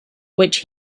which